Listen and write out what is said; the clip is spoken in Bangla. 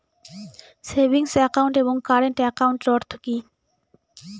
সেভিংস একাউন্ট এবং কারেন্ট একাউন্টের অর্থ কি?